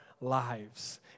lives